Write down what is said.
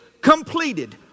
completed